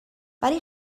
ولی